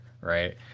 right